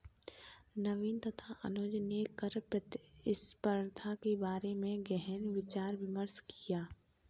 नवीन तथा अनुज ने कर प्रतिस्पर्धा के बारे में गहन विचार विमर्श किया